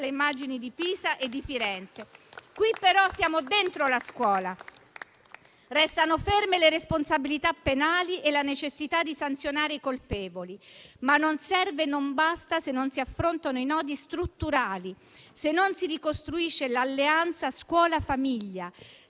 dalle immagini di Pisa e di Firenze. Qui, però, siamo dentro la scuola. Restano ferme le responsabilità penali e la necessità di sanzionare i colpevoli. Ma ciò non serve e non basta, se non si affrontano i nodi strutturali, se non si ricostruisce l'alleanza tra scuola e famiglia,